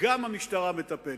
גם המשטרה מטפלת,